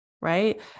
right